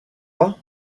pas